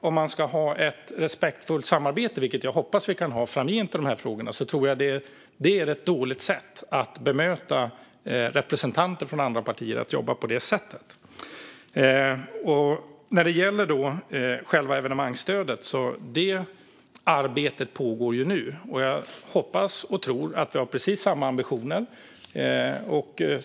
Om vi ska ha ett respektfullt samarbete i de här frågorna, vilket jag hoppas att vi kan ha framgent, tror jag att det är ett dåligt sätt att bemöta representanter för andra partier att jobba på det sättet. Arbetet med evenemangsstödet pågår ju nu, och jag hoppas och tror att vi har precis samma ambitioner.